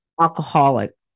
alcoholic